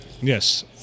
Yes